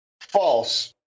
False